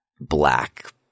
black